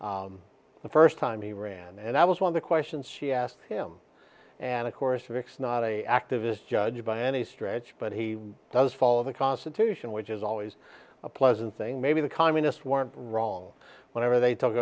court the first time he ran and i was one of the questions she asked him and of course vick's not a activist judge by any stretch but he does follow the constitution which is always a pleasant thing maybe the communists weren't wrong whenever they took